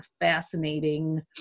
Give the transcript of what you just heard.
fascinating